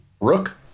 Rook